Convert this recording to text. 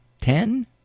ten